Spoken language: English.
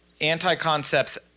Anti-concepts